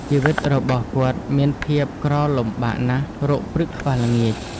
ជីវិតរបស់គាត់មានភាពក្រលំបាកណាស់ រកព្រឹកខ្វះល្ងាច។